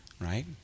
right